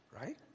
right